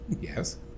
yes